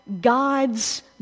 God's